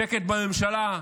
שקט בממשלה,